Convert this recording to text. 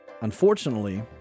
Unfortunately